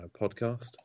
podcast